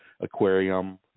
Aquarium